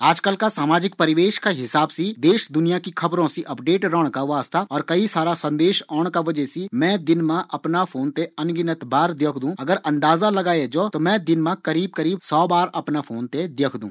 आजकल का सामाजिक परिवेश का हिसाब से देश दुनिया की खबरों से अपडेट रण का वास्ता और कई सारा संदेश औण का वजह से मैं दिन मा अफणा फ़ोन थें अनगिनत बार देखदू। अगर अंदाजा लगाए जौ तो मैं करीब सौ बार अफणा फ़ोन थें देखदू।